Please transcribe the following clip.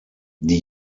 die